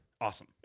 Awesome